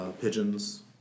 pigeons